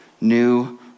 new